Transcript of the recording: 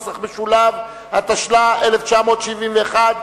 התשל"א 1971,